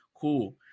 Cool